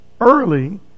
early